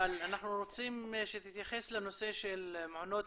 אבל אנחנו רוצים שתתייחס לנושא של מעונות